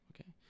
Okay